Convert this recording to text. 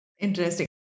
Interesting